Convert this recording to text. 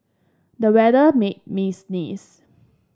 the weather made me sneeze